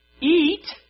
Eat